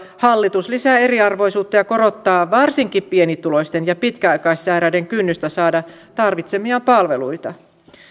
hallitus lisää eriarvoisuutta ja korottaa varsinkin pienituloisten ja pitkäaikaissairaiden kynnystä saada tarvitsemiaan palveluita